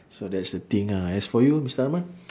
so that's the thing ah as for you mister arman